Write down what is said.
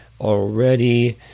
already